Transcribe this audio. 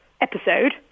episode